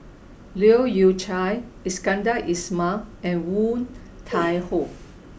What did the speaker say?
Leu Yew Chye Iskandar Ismail and Woon Tai Ho